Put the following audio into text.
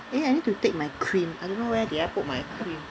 eh I need to take my cream I don't know where did I put my cream